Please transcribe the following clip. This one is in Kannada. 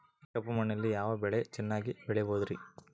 ಕಪ್ಪು ಮಣ್ಣಿನಲ್ಲಿ ಯಾವ ಬೆಳೆ ಚೆನ್ನಾಗಿ ಬೆಳೆಯಬಹುದ್ರಿ?